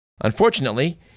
Unfortunately